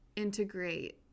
integrate